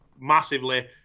massively